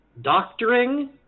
Doctoring